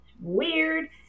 weird